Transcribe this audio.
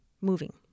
moving